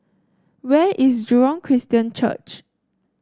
where is Jurong Christian Church